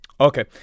Okay